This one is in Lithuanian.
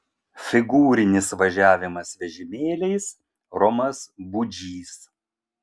figūrinis važiavimas vežimėliais romas budžys